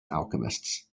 alchemists